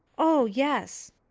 oh, yes,